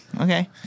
Okay